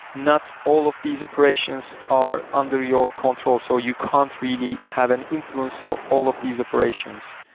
not all of these operations are under your control. so you can't really have an influence of all of these operations.